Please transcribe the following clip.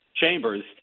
chambers